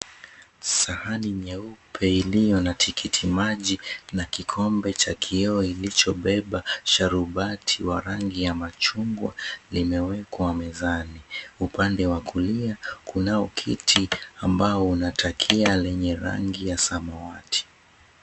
Sahani nyeupe iliyo na Tikitimaji na kikombe cha kioo kilichobeba sharubati ya rangi ya machungwa kimewekwa mezani, upande wa kulia kunao kiti ambao unatakia lenye rangi ya samawati.